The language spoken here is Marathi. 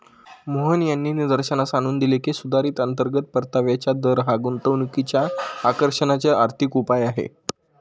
मोहन यांनी निदर्शनास आणून दिले की, सुधारित अंतर्गत परताव्याचा दर हा गुंतवणुकीच्या आकर्षणाचे आर्थिक उपाय आहे